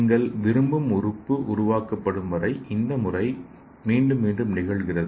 நீங்கள் விரும்பும் உறுப்பு உருவாக்கப்படும் வரை இந்த முறை மீண்டும் மீண்டும் நிகழ்கிறது